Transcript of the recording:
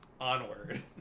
onward